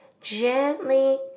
gently